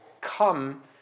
come